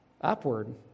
upward